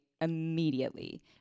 immediately